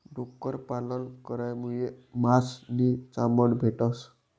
डुक्कर पालन करामुये मास नी चामड भेटस